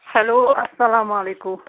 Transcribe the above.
hello اَسلامُ علیکُم